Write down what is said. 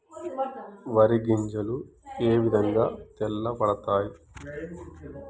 వరి గింజలు ఏ విధంగా తెల్ల పడతాయి?